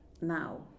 now